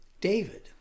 David